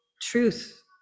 truth